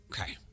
Okay